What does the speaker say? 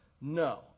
No